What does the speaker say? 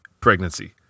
pregnancy